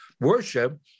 worship